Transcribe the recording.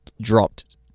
dropped